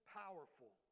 powerful